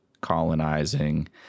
colonizing